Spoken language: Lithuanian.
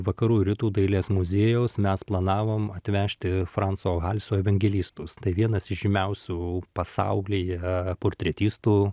vakarų rytų dailės muziejaus mes planavom atvežti franco halso evangelistus tai vienas iš žymiausių pasaulyje portretistų